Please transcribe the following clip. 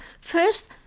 First